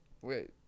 Wait